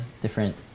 different